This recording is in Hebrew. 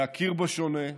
להכיר בשונה,